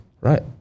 Right